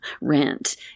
rent